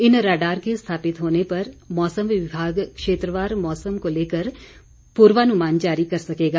इन radar के स्थापित होने पर मौसम विभाग क्षेत्रवार मौसम को लेकर पुर्वानुमान जारी कर सकेगा